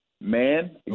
man